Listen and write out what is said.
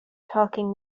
talking